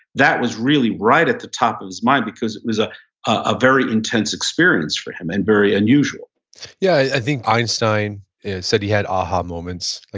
that was really right at the top of his mind because it was a ah very intense experience for him and very unusual yeah. i think einstein said he had aha moments.